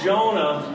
Jonah